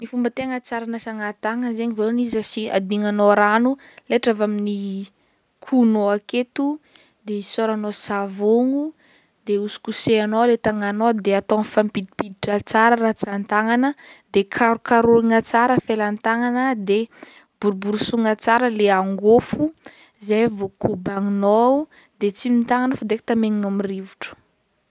Ny fomba tegna tsara anasagna tagnagna zaigny vôlohany izy asia- adignanao rano letra avy amin'ny kohonao aketo de isôranao savôgno de hosokosehanao le tagnanao de atao mifampidimpiditra tsara rantsan tagnagna de karokarôhigna tsara felan-tagnagna de boroborosogna tsara le angôfo zay vao kobagninao de tsy mitagnagna fa direct amaignina am'rivotro.